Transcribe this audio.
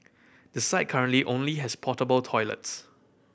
the site currently only has portable toilets